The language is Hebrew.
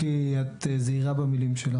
כי את זהירה במילים שלך,